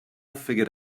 figured